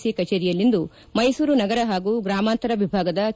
C ಕಚೇರಿಯಲ್ಲಿಂದು ಮೈಸೂರು ನಗರ ಹಾಗೂ ಗ್ರಾಮಾಂತರ ವಿಭಾಗದ ಕೆ